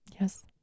Yes